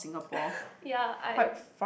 ya I